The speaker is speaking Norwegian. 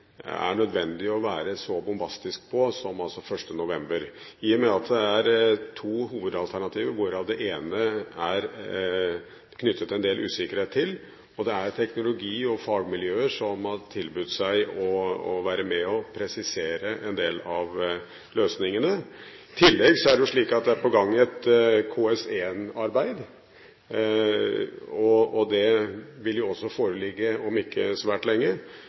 som er 1. november, i og med at det er to hovedalternativer. Det ene er det knyttet en del usikkerhet til, og at teknologi- og fagmiljøer har tilbudt seg å være med og presisere en del av løsningene. I tillegg er det slik at det er på gang et KS1-arbeid, og at det vil foreligge om ikke svært lenge.